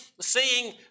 seeing